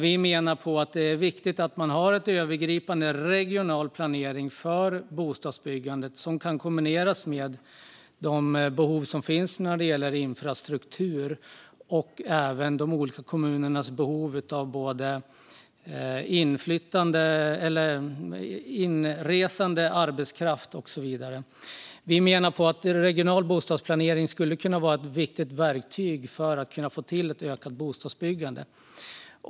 Vi menar att det är viktigt att man har en övergripande regional planering för bostadsbyggandet, som kan kombineras med de behov som finns när det gäller infrastruktur och även de olika kommunernas behov av inresande arbetskraft och så vidare. Vi menar att regional bostadsplanering skulle kunna vara ett viktigt verktyg för att få till ett ökat bostadsbyggande.